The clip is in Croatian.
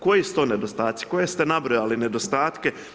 Koji su to nedostaci, koje ste nabrojali nedostatke?